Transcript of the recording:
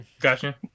Gotcha